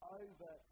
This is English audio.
over